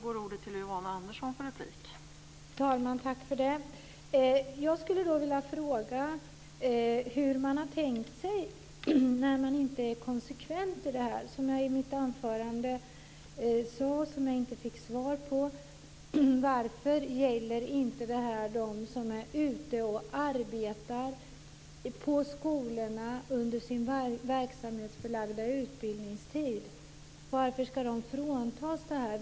Fru talman! Jag skulle vilja fråga hur man har tänkt sig detta, eftersom man inte är konsekvent. Som jag tog upp i mitt anförande, men som jag inte fick svar på: Varför gäller inte detta dem som är ute och arbetar på skolorna under sin verksamhetsförlagda utbildningstid? Varför ska de fråntas denna möjlighet?